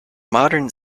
modern